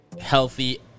healthy